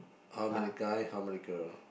how many guy how many girl